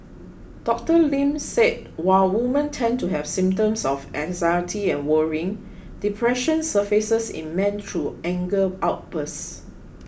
Doctor Lin said while women tend to have symptoms of anxiety and worrying depression surfaces in men through anger outbursts